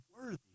worthy